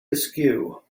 askew